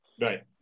Right